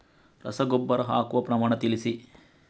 ರಸಗೊಬ್ಬರ ಹಾಕುವ ಪ್ರಮಾಣ ತಿಳಿಸಿ